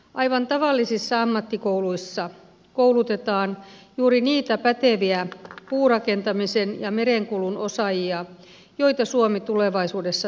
aivan tavallisissa ammattikouluissa koulutetaan juuri niitä päteviä puurakentamisen ja merenkulun osaajia joita suomi tulevaisuudessa tarvitsee